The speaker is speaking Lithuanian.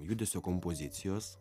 judesio kompozicijos